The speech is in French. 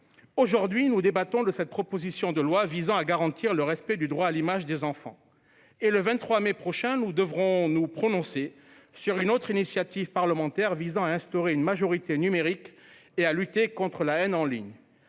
Aujourd'hui, nous débattons de la proposition de loi visant à garantir le respect du droit à l'image des enfants. Le 23 mai prochain, nous devrons nous prononcer sur une autre initiative parlementaire, visant à instaurer une majorité numérique et à lutter contre la haine en ligne.